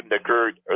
occurred